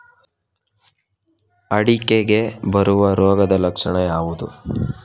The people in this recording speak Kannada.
ಅಡಿಕೆಗೆ ಬರುವ ರೋಗದ ಲಕ್ಷಣ ಯಾವುದು?